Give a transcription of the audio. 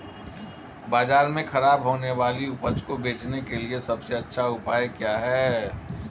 बाजार में खराब होने वाली उपज को बेचने के लिए सबसे अच्छा उपाय क्या है?